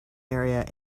area